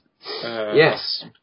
Yes